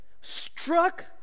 struck